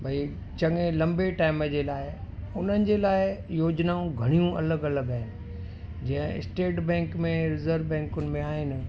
भई चङे लंबे टाइम जे लाइ उन्हनि जे लाइ योजनाऊं घणियूं अलॻि अलॻि आहिनि जीअं स्टेट बैंक में रिज़र्व बैंकुनि में आहिनि